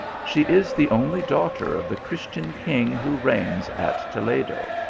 she is the only daughter of the christian king who reigns at toledo,